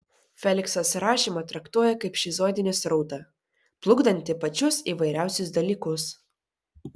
feliksas rašymą traktuoja kaip šizoidinį srautą plukdantį pačius įvairiausius dalykus